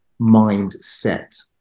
mindset